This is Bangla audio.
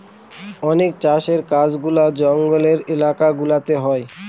অনেক চাষের কাজগুলা জঙ্গলের এলাকা গুলাতে হয়